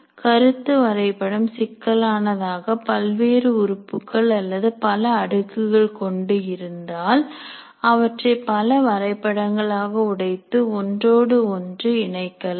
கருத்து வரைபடம் சிக்கலானதாக பல்வேறு உறுப்புகள் அல்லது பல அடுக்குகள் கொண்டு இருந்தால் அவற்றை பல வரைபடங்கள் ஆக உடைத்து ஒன்றோடு ஒன்றை இணைக்கலாம்